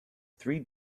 three